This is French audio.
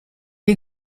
est